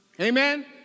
Amen